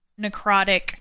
necrotic